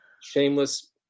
shameless